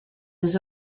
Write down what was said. his